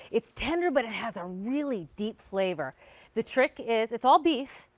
it's tender but it has a really deep flavor the trick is it's all beef,